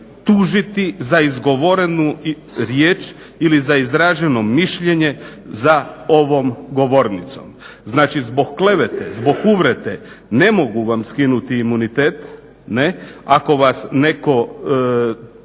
tužiti za izgovorenu riječ ili za izraženo mišljenje za ovom govornicom. Znači zbog klevete, zbog uvrede ne mogu vam skinuti imunitet, ne, ako vas netko